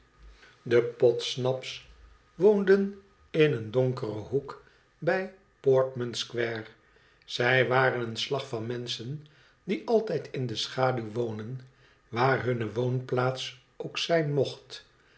de podsnaps woonden in een donkeren hoek bij portman square zij waren een slag van menschen die altijd in de schaduw wonen waar hunne woonplaats ook zijn mocht